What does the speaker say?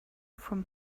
from